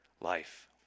life